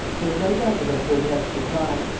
there was no doubt about daubrecq's reply.